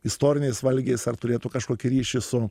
istoriniais valgiais ar turėtų kažkokį ryšį su